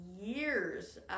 years